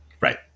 Right